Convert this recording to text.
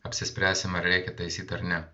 apsispręsim ar reikia taisyt ar ne